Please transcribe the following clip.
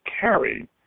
carry